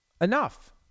enough